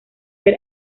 ver